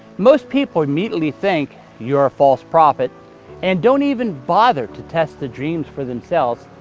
most people immediately think you are a false prophet and don't even bother to test the dreams for themselves,